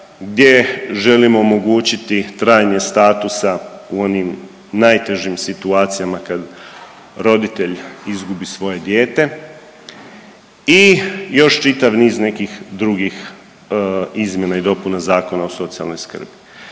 gdje želimo omogućiti trajanje statusa u onim najtežim situacijama kad roditelj izgubi svoje dijete i još čitav niz nekih drugih izmjena i dopuna Zakona o socijalnoj skrbi.